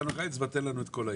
נתנו לך אצבע תן לנו את כל היד.